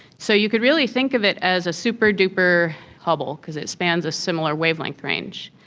so you could really think of it as a super-duper hubble because it spans a similar wavelength range.